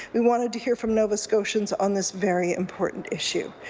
we wanted to hear from nova scotians on this very important issue.